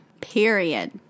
period